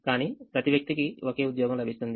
కానీ ప్రతి వ్యక్తికి ఒకే ఉద్యోగం లభిస్తుంది